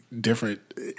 Different